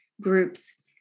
groups